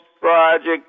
Project